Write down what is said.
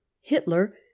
Hitler